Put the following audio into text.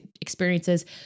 experiences